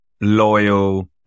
loyal